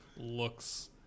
looks